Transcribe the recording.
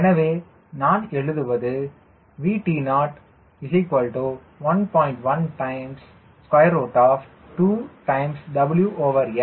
எனவே நான் எழுதுவது VT0 1